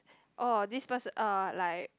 oh this person uh like